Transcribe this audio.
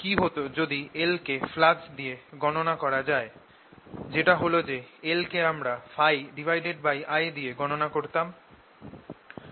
কি হত যদি L কে ফ্লাক্স দিয়ে গণনা করা যায় যেটা হল যে L কে আমরা ՓI দিয়ে গণনা করতাম